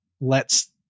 lets